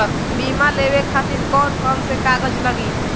बीमा लेवे खातिर कौन कौन से कागज लगी?